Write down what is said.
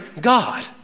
God